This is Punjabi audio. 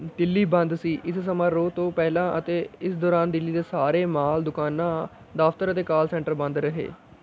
ਦਿੱਲੀ ਬੰਦ ਸੀ ਇਸ ਸਮਾਰੋਹ ਤੋਂ ਪਹਿਲਾਂ ਅਤੇ ਇਸ ਦੌਰਾਨ ਦਿੱਲੀ ਦੇ ਸਾਰੇ ਮਾਲ ਦੁਕਾਨਾਂ ਦਫ਼ਤਰ ਅਤੇ ਕਾਲ ਸੈਂਟਰ ਬੰਦ ਰਹੇ